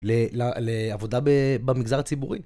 לעבודה במגזר הציבורי.